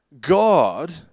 God